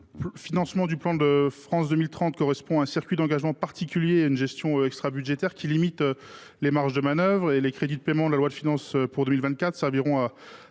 Le financement du plan France 2030 correspond à un circuit d’engagement particulier et à une gestion extrabudgétaire qui limite les marges de manœuvre ; les crédits de paiement du projet de loi de finances pour 2024 serviront à